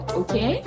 okay